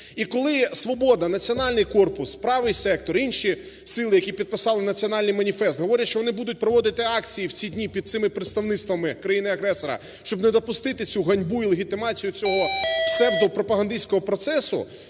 І коли "Свобода", "Національний корпус", "Правий сектор", інші сили, які підписали Національний маніфест, говорять, що вони будуть проводити акції в ці дні під цими представництвами країни-агресора, щоб не допустити цю ганьбу і легітимацію цьогопсевдопропагандистського процесу,